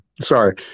Sorry